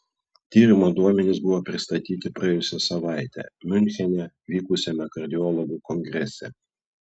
tyrimo duomenys buvo pristatyti praėjusią savaitę miunchene vykusiame kardiologų kongrese